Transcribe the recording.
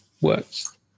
works